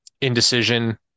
indecision